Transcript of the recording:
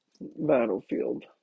battlefield